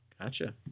Gotcha